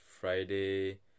Friday